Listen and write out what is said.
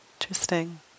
interesting